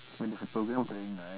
but there's a programme playing right